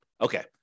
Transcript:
Okay